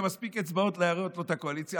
מספיק אצבעות להרוס לו את הקואליציה.